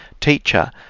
Teacher